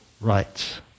rights